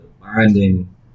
binding